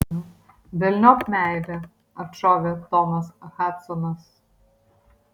velniop meilę atšovė tomas hadsonas